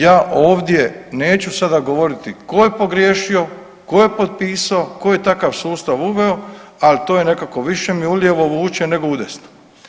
Ja ovdje neću sada govoriti tko je pogriješio, tko je potpisao, tko je takav sustav uveo, ali to je nekako više mi u lijevo vuče, nego u desno.